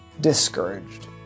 discouraged